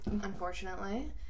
Unfortunately